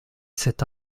cette